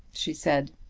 she said.